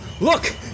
look